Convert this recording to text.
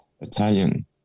Italian